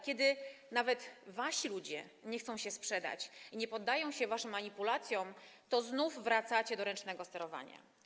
Kiedy jednak nawet wasi ludzie nie chcą się sprzedać i nie poddają się waszym manipulacjom, to znów wracacie do ręcznego sterowania.